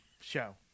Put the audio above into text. show